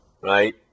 right